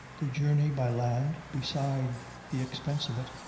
the journey by land, beside the expense of it,